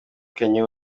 kanye